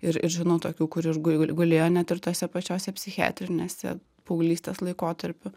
ir ir žinau tokių kur ir gu gulėjo net ir tose pačiose psichiatrinėse paauglystės laikotarpiu